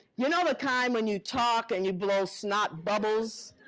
you know the kind when you talk and you blow snot bubbles?